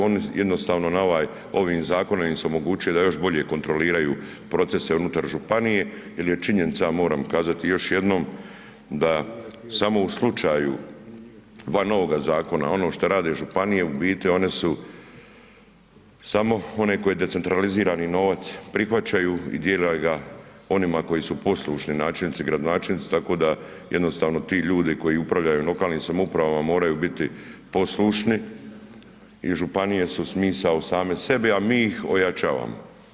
Oni jednostavno ovim zakonom im se omogućuje da još bolje kontroliraju procese unutar županije jel je činjenica i moram kazati još jednom da samo u slučaju van ovoga zakona ono što rade županije u biti one su samo one koje decentralizirani novac prihvaćaju i dijele ga onima koji su poslušni načelnici, gradonačelnici tako da jednostavno ti ljudi koji upravljaju lokalnim samoupravama moraju biti poslušni i županije su smisao same sebi, a mi ih ojačavamo.